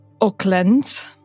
Auckland